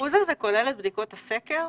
האחוז הזה כולל את בדיקות הסקר,